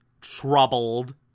troubled